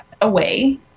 away